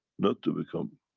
not to become